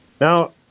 Now